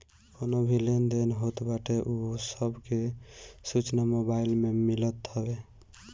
कवनो भी लेन देन होत बाटे उ सब के सूचना मोबाईल में मिलत हवे